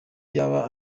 yoba